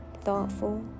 thoughtful